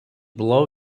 blow